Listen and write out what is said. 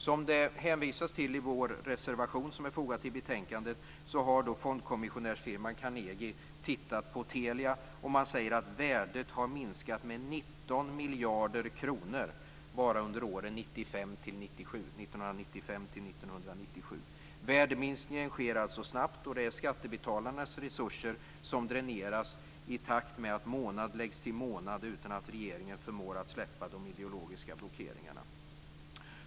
Som vi skriver i vår reservation, som är fogad till betänkandet, har fondkommissionärsfirman Carnegie tittat på Telia. Man säger att värdet har minskat med 19 miljarder kronor bara under åren 1995 till 1997. Värdeminskningen sker alltså snabbt, och det är skattebetalarnas resurser som dräneras i takt med att månad läggs till månad utan att regeringen förmår släppa de ideologiska blockeringarna.